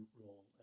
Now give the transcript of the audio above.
role